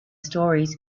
stories